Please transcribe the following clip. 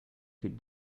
could